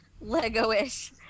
Lego-ish